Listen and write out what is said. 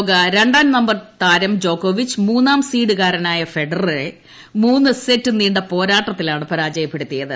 ലോക രണ്ടാം നമ്പർ താരം ജോക്കോവിച്ച് മൂന്നാം സീഡ് കാരനായ ഫെഡററെ മൂന്ന് സെറ്റ് നീണ്ട പോരാട്ടത്തിലാണ് പരാജയപ്പെടുത്തിയത്